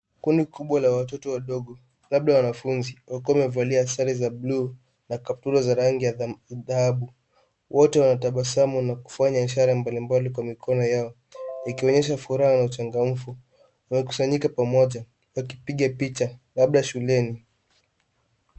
Kundi kubwa la watoto wadogo labda wanafunzi wako wamevalia sare za buluu na kaptula za rangi ya dhahabu ,wote wanatabasamu na kufanya ishara mbalimbali kwa mikono yao ikionyesha furaha na uchangamfu wamekusanyika pamoja wakipiga picha labda shuleni.